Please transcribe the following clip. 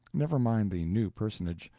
never mind the new personage,